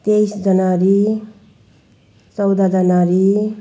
तेइस जनवरी चौध जनवरी